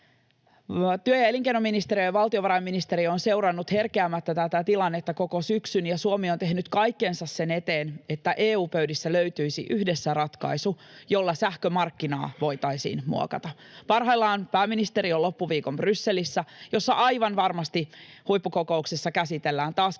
Työ- ja elinkeinoministeriö ja valtiovarainministeriö ovat seuranneet herkeämättä tätä tilannetta koko syksyn, ja Suomi on tehnyt kaikkensa sen eteen, että EU-pöydissä löytyisi yhdessä ratkaisu, jolla sähkömarkkinaa voitaisiin muokata. Parhaillaan pääministeri on loppuviikon Brysselissä, missä aivan varmasti huippukokouksessa käsitellään taas